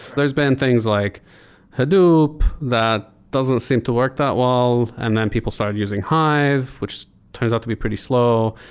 there's been things like hadoop that doesn't seem to work that well. and then people started using hive, which turns out to be pretty slow.